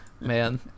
Man